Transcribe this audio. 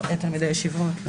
לא תלמידי ישיבות.